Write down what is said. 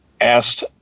asked